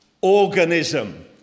organism